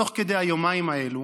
תוך כדי היומיים האלה